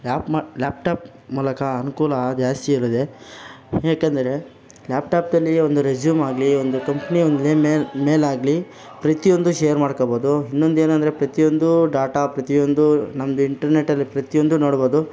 ಲ್ಯಾಪ್ಮ laptop ಮೂಲಕ ಅನುಕೂಲ ಜಾಸ್ತಿ ಇರುದೆ ಯಾಕಂದರೆ ಲ್ಯಾಪ್ಟಾಪ್ದಲ್ಲಿ ಒಂದು ರೆಸ್ಯುಮ್ ಆಗಲಿ ಒಂದು ಕಂಪ್ನಿ ಒಂದು ನೇಮ್ ಮೇಲ್ ಆಗಲಿ ಪ್ರತಿಯೊಂದು ಶೇರ್ ಮಾಡ್ಕಬೋದು ಇನ್ನೊಂದು ಏನಂದರೆ ಪ್ರತಿಯೊಂದು ಡಾಟಾ ಪ್ರತಿಯೊಂದು ನಮ್ದು ಇಂಟರ್ನೆಟಲ್ಲಿ ಪ್ರತಿಯೊಂದು ನೋಡ್ಬೋದು